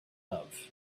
love